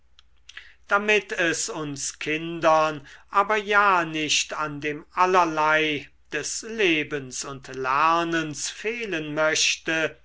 damit es uns kindern aber ja nicht an dem allerlei des lebens und lernens fehlen möchte